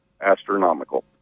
astronomical